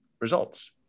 results